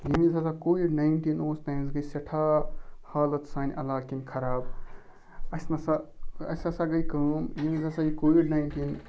ییٚمہِ وِز ہَسا کووِڈ ناینٹیٖن اوس تَمہِ وِزِ گٔے سٮ۪ٹھاہ حالت سانہِ علاقہٕ کِنۍ خراب اَسہِ نَسا اَسہِ ہَسا گٔے کٲم ییٚمہِ وِز ہَسا یہِ کووِڈ ناینٹیٖن